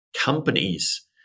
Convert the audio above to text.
companies